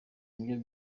nibyo